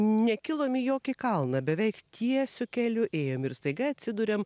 nekilom į jokį kalną beveik tiesiu keliu ėjome ir staiga atsiduriam